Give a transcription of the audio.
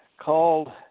called